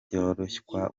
byoroshywa